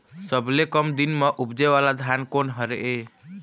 सबसे कम दिन म उपजे वाला धान कोन हर ये?